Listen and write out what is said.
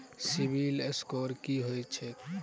CIBIL score की होइत छैक?